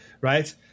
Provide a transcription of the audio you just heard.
right